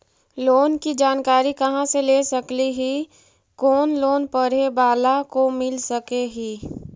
Loan की जानकारी कहा से ले सकली ही, कोन लोन पढ़े बाला को मिल सके ही?